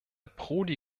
prodi